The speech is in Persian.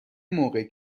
موقع